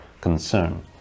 concern